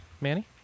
Manny